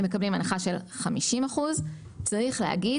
הם מקבלים הנחה של 50%. להערכתנו,